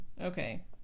Okay